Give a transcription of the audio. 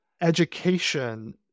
education